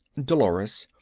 dolores.